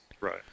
right